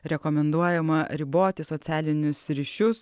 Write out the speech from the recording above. rekomenduojama riboti socialinius ryšius